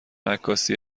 عکاسی